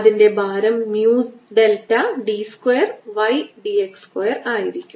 അതിന്റെ ഭാരം mu delta d square y d x സ്ക്വയറായിരിക്കും